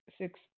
six